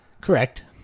correct